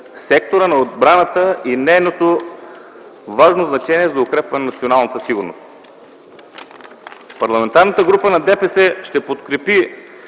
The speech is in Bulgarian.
сектора на отбраната и нейното важно значение за укрепване на националната сигурност. Парламентарната група на ДПС ще подкрепи